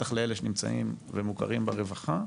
בטח לאלה שנמצאים ומוכרים ברווחה,